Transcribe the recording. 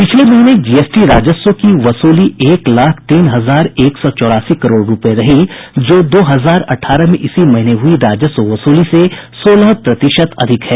पिछले महीने जीएसटी राजस्व की वसूली एक लाख तीन हजार एक सौ चौरासी करोड़ रुपये रही जो दो हजार अठारह में इसी महीने हुई राजस्व वसूली से सोलह प्रतिशत ज्यादा है